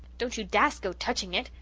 don't you dast go touching it,